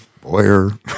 Boyer